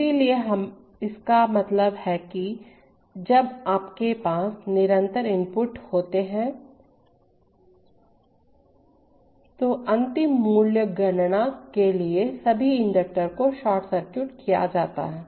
इसलिए इसका मतलब है किजब आपके पास निरंतर इनपुट होते हैं तो अंतिम मूल्य गणना के लिए सभी इंडक्टर को शॉर्ट सर्किट किया जा सकता है